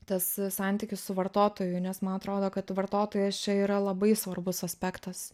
tas santykis su vartotoju nes man atrodo kad vartotojas čia yra labai svarbus aspektas